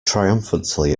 triumphantly